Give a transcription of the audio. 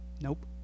nope